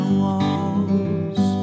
walls